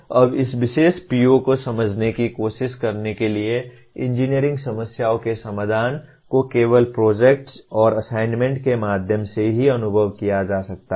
अब इस विशेष PO को समझने की कोशिश करने के लिए इंजीनियरिंग समस्याओं के समाधान को केवल प्रोजेक्ट्स और असाइनमेंट के माध्यम से ही अनुभव किया जा सकता है